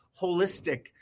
holistic